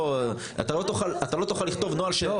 אתה לא תוכל לכתוב שסותר את החוק.